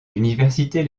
universités